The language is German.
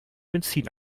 benzin